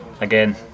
again